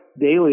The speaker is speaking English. daily